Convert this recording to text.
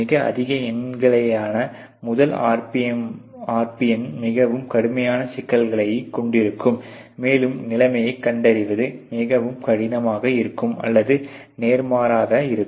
மிக அதிக எண்ணிக்கையிலான முதல் RPN மிகவும் கடுமையான சிக்கல்களைக் கொண்டிருக்கும் மேலும் நிலைமையைக் கண்டறிவது மிகவும் கடினம் இருக்கும் அல்லது நேர்மாறாகவும் இருக்கும்